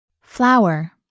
flower